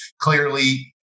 clearly